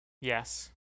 Yes